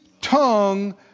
tongue